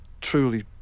truly